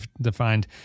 defined